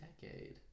decade